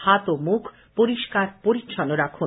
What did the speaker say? হাত ও মুখ পরিষ্কার পরিচ্ছন্ন রাখুন